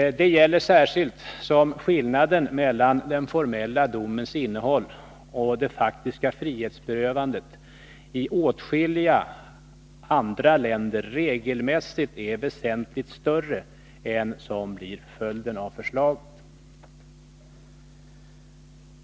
Det gäller särskilt som skillnaden mellan den formella domens innehåll och det faktiska frihetsberövandet i åtskilliga andra länder regelmässigt är väsentligt större än vad som blir följden av förslaget.